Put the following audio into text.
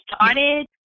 started